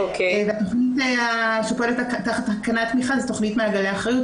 התכנית שפועלת תחת התקנת תמיכה זו תכנית "מעגלי אחראיות",